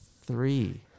three